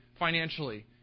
financially